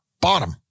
bottom